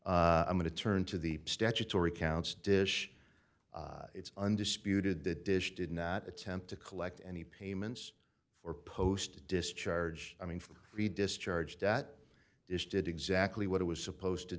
dish i'm going to turn to the statutory counts dish it's undisputed that dish did not attempt to collect any payments or post a discharge i mean from the discharge debt is did exactly what it was supposed to